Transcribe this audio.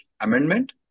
amendment